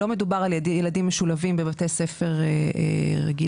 לא מדובר על ילדים משולבים בבתי ספר רגילים.